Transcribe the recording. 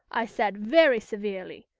i said, very severely,